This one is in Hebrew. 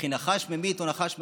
"וכי נחש ממית או נחש מחיה?"